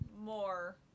more